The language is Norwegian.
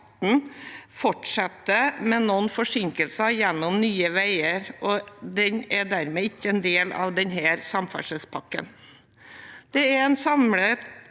fortsetter, med noen forsinkelser, gjennom Nye veier. Den er dermed ikke en del av denne samferdselspakken. Det er en samlet